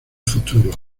futuro